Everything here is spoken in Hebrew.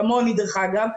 כמוני אגב,